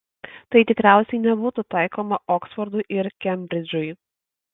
tai tikriausiai nebūtų taikoma oksfordui ir kembridžui